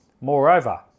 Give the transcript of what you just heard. Moreover